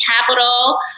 Capital